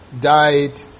died